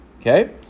Okay